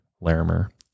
larimer